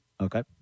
Okay